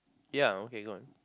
ya okay go on